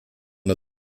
der